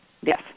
Yes